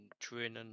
training